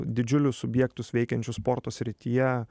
didžiulius subjektus veikiančius sporto srityje